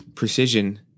Precision